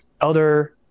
Elder